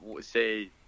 say